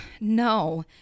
no